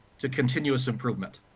to continuous improvement.